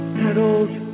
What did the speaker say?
petals